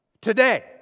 today